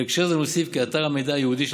בהקשר זה נוסיף כי אתר המידע הייעודי של